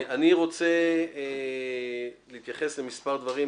אני רוצה להתייחס למספר דברים,